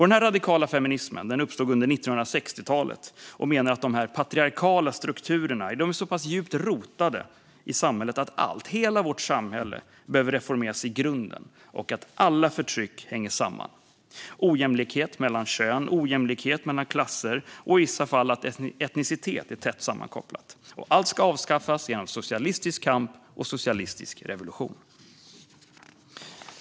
Denna radikala feminismen uppstod under 1960-talet och menar att de patriarkala strukturerna är så pass djupt rotade i samhället att allt, hela vårt samhälle, behöver reformeras i grunden och att alla förtryck hänger samman - ojämlikhet mellan kön, ojämlikhet mellan klasser och i vissa fall att etnicitet är tätt sammankopplat - och att allt ska avskaffas genom socialistisk kamp och socialistisk revolution.